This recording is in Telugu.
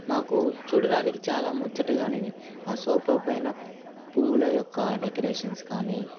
మాకు చూడడానికి చాలా ముచ్చటగా ఉన్నింది ఆ సోఫా పైన పువ్వుల యొక్క డెకరేషన్స్ కానీ